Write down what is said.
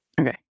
Okay